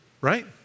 right